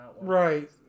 Right